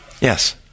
Yes